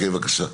בבקשה.